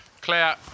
Claire